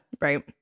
Right